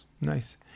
nice